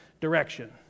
direction